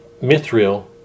mithril